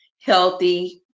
healthy